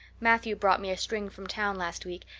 matthew brought me a string from town last week,